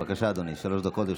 בבקשה, אדוני, שלוש דקות לרשותך.